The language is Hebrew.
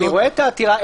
זאת השאלה.